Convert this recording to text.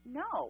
no